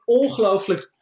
ongelooflijk